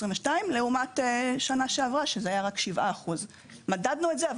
לעומת השנה שעברה שזה היה רק 7%. מדדנו את זה,